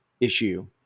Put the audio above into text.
issue